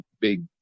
big